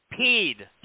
peed